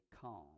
calm